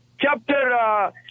chapter